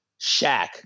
Shaq